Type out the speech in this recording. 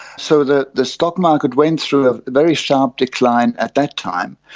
so the the stock market went through a very sharp decline at that time.